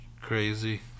crazy